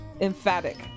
emphatic